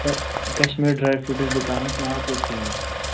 سر Kashmir dry fruits دُکانَس ناو توٚتھٕے یِیِو